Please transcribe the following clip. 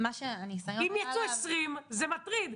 אם יצאו 20, זה מטריד.